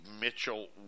mitchell